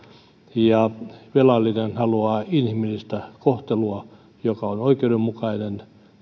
ja velallinen haluaa inhimillistä kohtelua joka on oikeudenmukaista